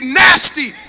nasty